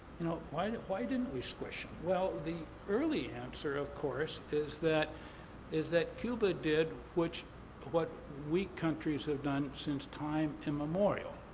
you know, why didn't why didn't we squish them? well, the early answer, of course, is that is that cuba did what weak countries have done since time immemorial.